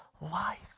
life